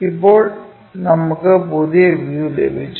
ഇപ്പോൾ നമുക്ക് പുതിയ വ്യൂ ലഭിച്ചു